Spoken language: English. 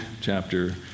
chapter